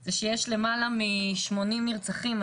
זה שיש למעלה מ-80 נרצחים.